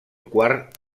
quart